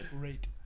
great